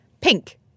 pink